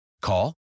Call